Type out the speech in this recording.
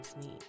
need